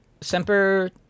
semper